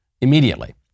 immediately